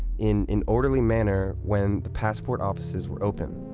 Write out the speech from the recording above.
in an orderly manner, when the passport offices were open.